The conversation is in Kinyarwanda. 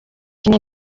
gen